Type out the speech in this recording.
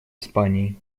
испании